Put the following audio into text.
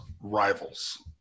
rivals